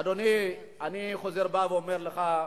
אדוני, אני בא וחוזר ואומר לך,